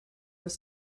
was